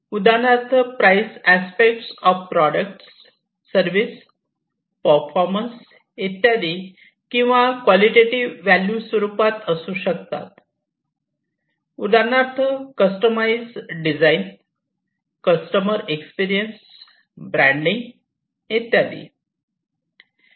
उदाहरणार्थ price aspect of products service performance इत्यादी किंवा क्वालिटेटीव व्हॅल्यू स्वरूपात असू शकतात उदाहरणार्थ customise design customer experience branding इत्यादी